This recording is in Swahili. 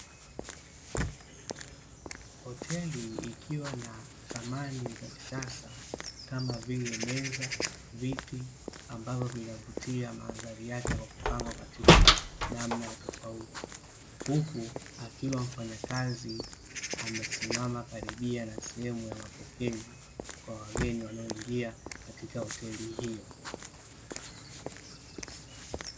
Hoteli ikiwa na samani za kisasa kama vile meza, viti ambavyo vinavutia maandhari yake kwa kupangwa katika namna ya tofauti. Huku akiwa mfanyakazi amesimama karibia na sehemu ya mapokezi kwa wageni wanaoingia katika hoteli hiyo.